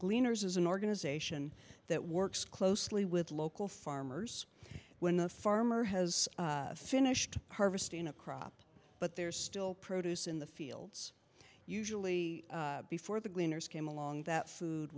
gleaners is an organization that works closely with local farmers when the farmer has finished harvesting a crop but there's still produce in the fields usually before the gleaners came along that food